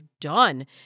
done